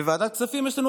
ובוועדת הכספים יש לנו,